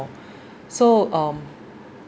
so um